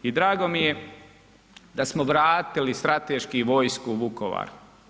I drago mi je da smo vratili strateški vojsku u Vukovar.